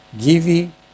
give